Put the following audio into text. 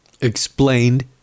explained